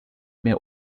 mir